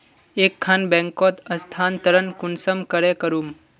एक खान बैंकोत स्थानंतरण कुंसम करे करूम?